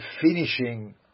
finishing